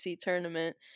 tournament